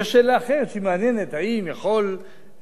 יש שאלה אחרת שהיא מעניינת: האם יכול רוב